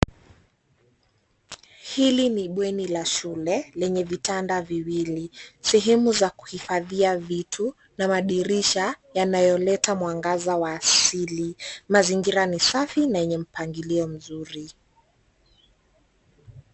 Hili ni bweni la shule lenye vitanda viwili, sehemu za kuhifadhia vitu na madirisha yanayoleta mwangaza wa asili. Mazingira ni safi na yenye mpangilio mzuri.